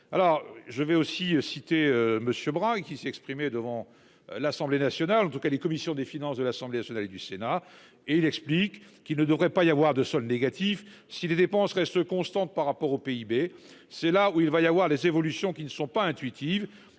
Alors je vais aussi citer monsieur Brun qui s'est exprimé devant l'Assemblée nationale. En tout cas les commissions des finances de l'Assemblée nationale et du Sénat et il explique qu'il ne devrait pas y avoir de sol négatif si les dépenses reste constante par rapport au PIB. C'est là où il va y avoir des évolutions qui ne sont pas intuitive